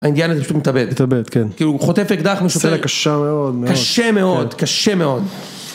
האינדיאני פשוט מתאבד, כאילו הוא חוטף אקדח משוטר, קשה מאוד, קשה מאוד, קשה מאוד.